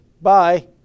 bye